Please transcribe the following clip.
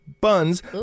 buns